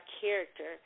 character